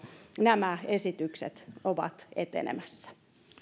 nämä esitykset ovat etenemässä